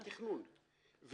רה-תכנון,